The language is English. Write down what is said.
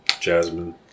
Jasmine